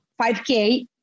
5K